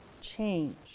change